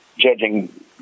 judging